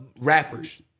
rappers